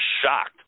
shocked